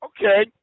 okay